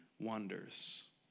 wonders